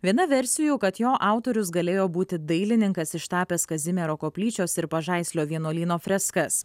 viena versijų kad jo autorius galėjo būti dailininkas ištapęs kazimiero koplyčios ir pažaislio vienuolyno freskas